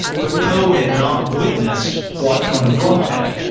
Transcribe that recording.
but poe had not witnessed what conan doyle had.